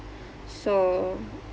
so